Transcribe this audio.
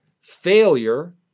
failure